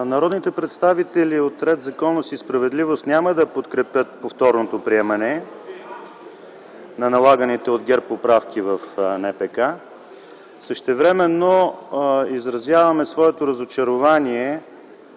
Народните представители от „Ред, законност и справедливост” няма да подкрепят повторното приемане на налаганите от ГЕРБ поправки в НПК. Същевременно изразяваме своето разочарование